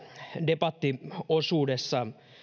debattiosuudessa